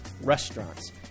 Restaurants